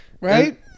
right